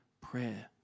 prayer